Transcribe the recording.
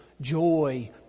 joy